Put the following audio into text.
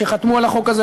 שחתמו על החוק הזה,